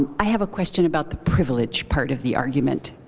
i have a question about the privilege part of the argument,